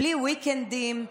בלי "ויקנדים",